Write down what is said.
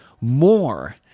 more